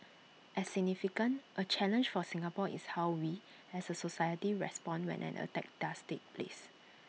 as significant A challenge for Singapore is how we as A society respond when an attack does take place